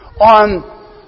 on